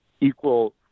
equal